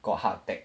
got heart attack